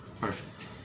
perfect